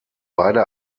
beide